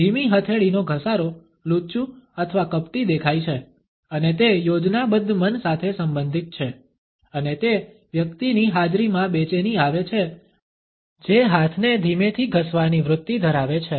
ધીમી હથેળીનો ઘસારો લુચ્ચું અથવા કપટી દેખાય છે અને તે યોજનાબદ્ધ મન સાથે સંબંધિત છે અને તે વ્યક્તિની હાજરીમાં બેચેની આવે છે જે હાથને ધીમેથી ઘસવાની વૃત્તિ ધરાવે છે